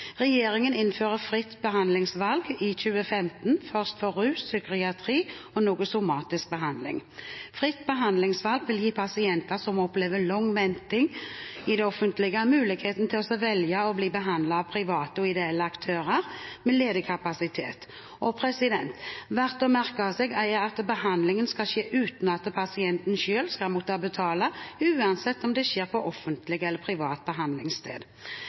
Regjeringen innfører fritt behandlingsvalg i 2015, først for rus, psykiatri og noe somatisk behandling. Fritt behandlingsvalg vil gi pasienter som opplever lang venting i det offentlige, muligheten til å velge å bli behandlet av private og ideelle aktører med ledig kapasitet. Og verdt å merke seg er at behandlingen skal skje uten at pasienten selv skal måtte betale, uansett om den skjer på offentlig eller privat behandlingssted.